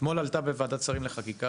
אתמול עלתה בוועדת השרים לחקיקה,